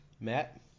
Matt